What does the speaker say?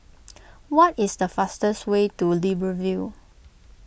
what is the fastest way to Libreville